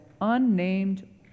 unnamed